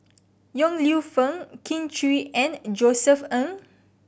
Yong Lew Foong Kin Chui and Josef Ng